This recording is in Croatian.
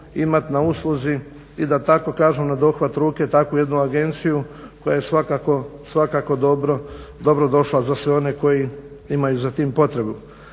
imat na usluzi, i da tako kažem na dohvat ruke takvu jednu agenciju koja je svakako dobro došla za sve one koji imaju za tim potrebu.